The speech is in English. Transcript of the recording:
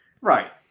Right